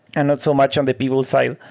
and so much on the people side.